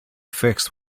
fixed